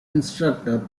instructor